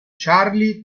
charlie